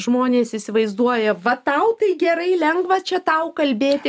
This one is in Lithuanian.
žmonės įsivaizduoja va tau tai gerai lengva čia tau kalbėti